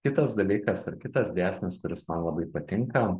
kitas dalykas ir kitas dėsnis kuris man labai patinka